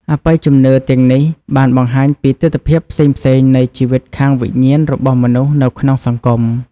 អបិយជំនឿទាំងនេះបានបង្ហាញពីទិដ្ឋភាពផ្សេងៗនៃជីវិតខាងវិញ្ញាណរបស់មនុស្សនៅក្នុងសង្គម។